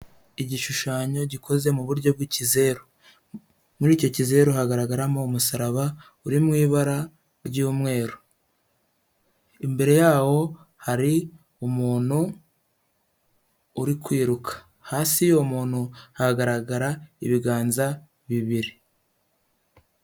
Igishushanyo gikoze mu buryo bw'ikizeru, muri icyo kizeru haragaragaramo umusaraba uri mu ibara ry'umweru, imbere yawo hari umuntu uri kwiruka, hasi y'uwo muntu haragaragara ibiganza bibiri.